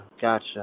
Gotcha